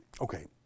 Okay